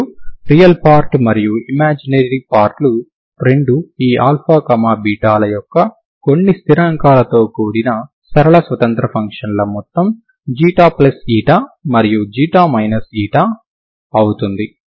మరియు real part మరియు imaginary part లు రెండూ ఈ αβ ల యొక్క కొన్ని స్థిరాంకాలతో కూడిన సరళ స్వతంత్ర ఫంక్షన్ల మొత్తం ξ మరియు ξ అవుతుంది